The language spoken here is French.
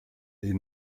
est